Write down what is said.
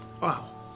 wow